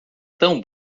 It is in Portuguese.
tão